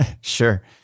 Sure